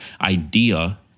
idea